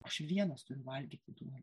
aš vienas turiu valgyti duoną